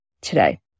today